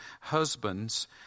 husbands